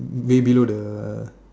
way below the